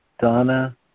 Donna